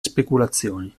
speculazioni